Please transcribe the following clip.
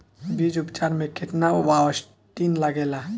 बीज उपचार में केतना बावस्टीन लागेला?